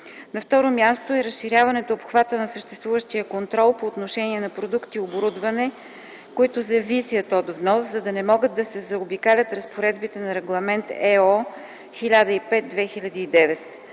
На второ място е разширяването обхвата на съществуващия контрол по отношение на продукти и оборудване, които зависят от ВНОС, за да не могат да се заобикалят разпоредбите на Регламент (ЕО) № 1005/2009.